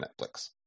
Netflix